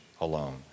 alone